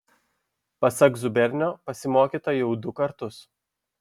pasak zubernio pasimokyta jau du kartus